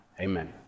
amen